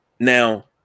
Now